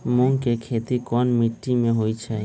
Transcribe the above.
मूँग के खेती कौन मीटी मे होईछ?